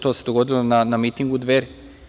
To se dogodilo na mitingu Dveri.